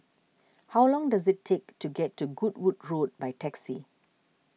how long does it take to get to Goodwood Road by taxi